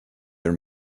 your